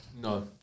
No